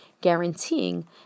guaranteeing